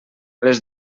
les